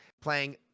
Playing